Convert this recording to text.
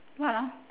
what ah